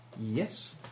Yes